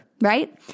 Right